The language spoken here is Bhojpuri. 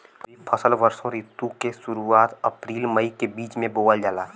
खरीफ फसल वषोॅ ऋतु के शुरुआत, अपृल मई के बीच में बोवल जाला